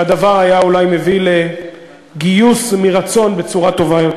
והדבר היה אולי מביא לגיוס מרצון בצורה טובה יותר.